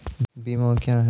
बीमा क्या हैं?